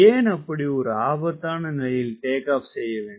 ஏன் அப்படி ஒரு ஆபத்தான நிலையில் டேக் ஆப் செய்யவேண்டும்